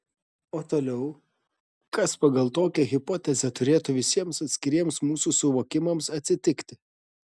o toliau kas pagal tokią hipotezę turėtų visiems atskiriems mūsų suvokimams atsitikti